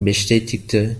bestätigte